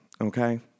okay